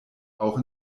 auch